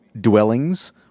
dwellings